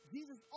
Jesus